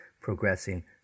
progressing